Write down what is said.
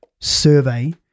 survey